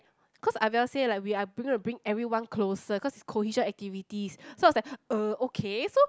cause I will say like we are gonna bring everyone closer cause cohesion activities so I was like uh okay so